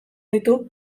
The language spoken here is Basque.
ditu